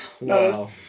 Wow